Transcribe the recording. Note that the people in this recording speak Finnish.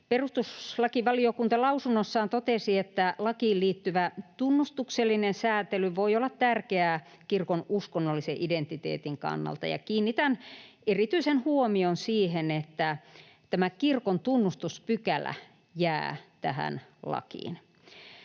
Perustuslakivaliokunta lausunnossaan totesi, että lakiin liittyvä tunnustuksellinen sääntely voi olla tärkeää kirkon uskonnollisen identiteetin kannalta, ja kiinnitän erityisen huomion siihen, että tämä kirkon tunnustuspykälä jää tähän lakiin